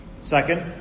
Second